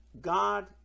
God